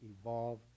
evolve